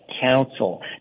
council